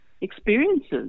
experiences